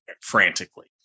frantically